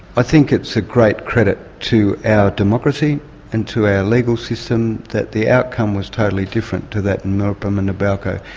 i think it's a great credit to our democracy and to our legal system that the outcome was totally different to that milirrpum and nabalco.